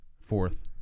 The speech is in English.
Fourth